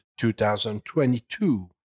2022